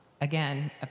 Again